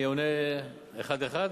אענה אחד-אחד?